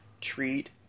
treat